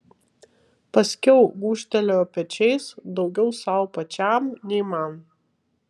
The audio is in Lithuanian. paskiau gūžtelėjo pečiais daugiau sau pačiam nei man